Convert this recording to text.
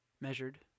measured